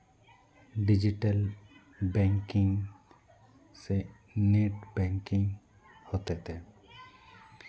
digital banking ᱥᱮ net banking ᱦᱚᱛᱮ ᱛᱮ